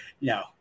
no